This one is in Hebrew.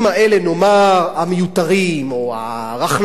המיותרים או הרכלניים,